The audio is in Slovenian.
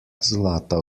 zlata